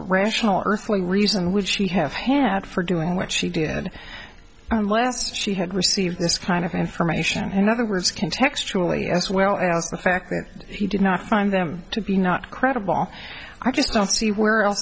earthly reason would she have had for doing what she did she had received this kind of information in other words can textually as well as the fact that he did not find them to be not credible i just don't see where else